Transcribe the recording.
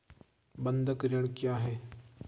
बंधक ऋण क्या है?